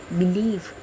believe